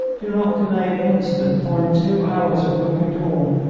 do not delay an instant, for in two hours it will be dawn.